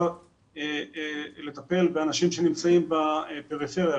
אפשר לטפל באנשים שנמצאים בפריפריה.